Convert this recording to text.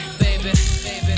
baby